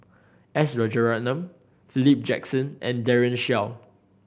S Rajaratnam Philip Jackson and Daren Shiau